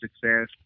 success